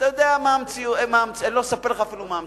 לא אספר לך אפילו מה המציאות,